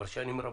כבר שנים רבות.